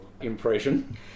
impression